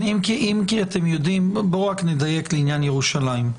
בואו נדייק לעניין ירושלים.